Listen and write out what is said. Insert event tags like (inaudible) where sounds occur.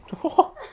(noise)